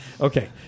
Okay